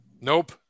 Nope